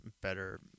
better